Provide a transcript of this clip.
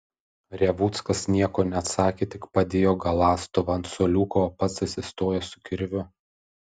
revuckas nieko neatsakė tik padėjo galąstuvą ant suoliuko o pats atsistojo su kirviu